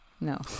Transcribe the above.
No